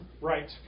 right